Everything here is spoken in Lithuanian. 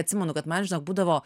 atsimenu kad man žinok būdavo